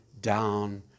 down